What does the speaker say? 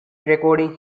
recording